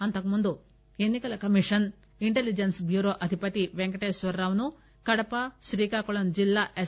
అంతకు ముందు ఎన్ని కల కమీషన్ ఇంటెలిజెస్స్ బ్యూరో అధిపతి వెంకటేశ్వరరావు ను కడప శ్రీకాకుళ జిల్లా ఎస్